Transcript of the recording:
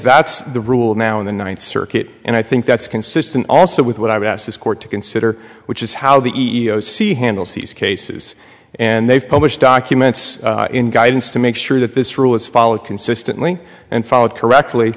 that's the rule now in the ninth circuit and i think that's consistent also with what i've asked this court to consider which is how the e e o c handles these cases and they've published documents in guidance to make sure that this rule is followed consistently and followed correctly